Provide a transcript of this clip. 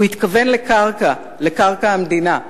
הוא התכוון לקרקע המדינה.